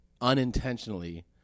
unintentionally